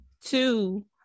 two